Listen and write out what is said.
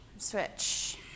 switch